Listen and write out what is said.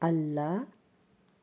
ಅಲ್ಲ